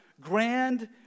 grand